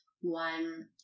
one